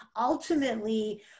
ultimately